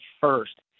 first